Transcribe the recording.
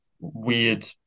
weird